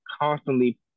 constantly